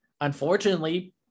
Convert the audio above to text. unfortunately